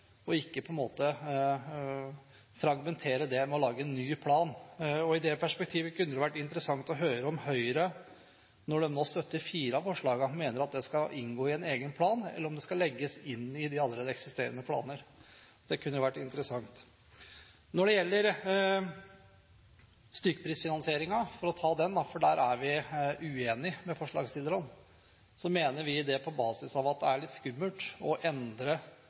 og ikke – på en måte – fragmentere det med å lage en ny plan. I det perspektivet kunne det vært interessant å høre om Høyre – når de da støtter fire av forslagene – mener det skal inngå i en egen plan, eller om det skal legges inn i de allerede eksisterende planer. Det kunne vært interessant. Når det gjelder stykkprisfinansieringen, er vi uenige med forslagsstillerne på basis av at det er litt skummelt å endre